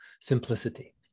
simplicity